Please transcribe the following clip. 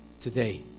today